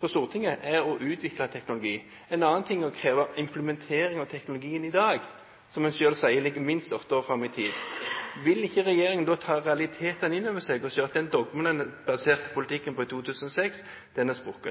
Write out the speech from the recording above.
på Stortinget støtter det – er å utvikle teknologi. En annen ting er å kreve implementering av teknologien i dag, som en selv sier ligger minst åtte år fram i tid. Vil ikke regjeringen ta realitetene inn over seg og se at det dogmet en baserte politikken på